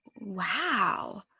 Wow